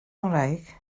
ngwraig